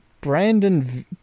Brandon